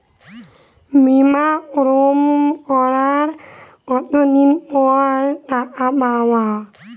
বিমা ক্লেম করার কতদিন পর টাকা পাব?